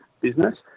business